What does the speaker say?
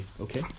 Okay